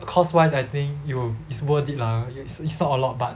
cost wise I think 有 it's worth it lah it's it's not a lot but